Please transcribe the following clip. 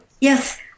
Yes